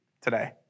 today